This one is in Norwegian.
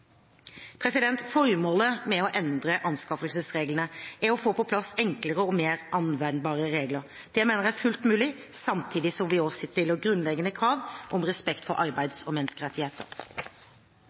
Formålet med å endre anskaffelsesreglene er å få på plass enklere og mer anvendbare regler. Det mener jeg er fullt mulig samtidig som vi også stiller grunnleggende krav om respekt for arbeids- og menneskerettigheter.